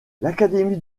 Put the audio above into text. l’académie